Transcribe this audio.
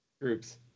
groups